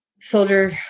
soldier